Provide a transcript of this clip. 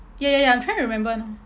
ya ya ya I'm trying to remember now